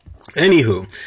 anywho